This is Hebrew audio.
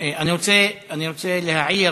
אני רוצה להעיר,